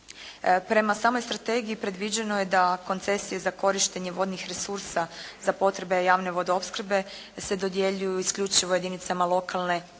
Prema samoj strategiji predviđeno je da koncesije za korištenje vodnih resursa za potrebe javne vodoopskrbe se dodjeljuju isključivo jedinicama lokalne i